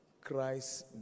Christ